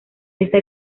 esta